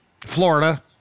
Florida